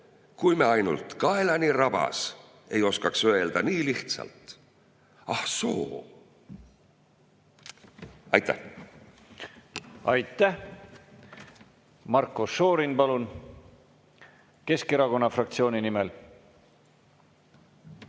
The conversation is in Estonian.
kui me ainult, ka kaelani rabas, ei oskaks öelda nii lihtsalt: ah soo." Aitäh! Aitäh! Marko Šorin, palun! Keskerakonna fraktsiooni nimel.